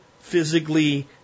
physically